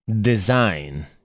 design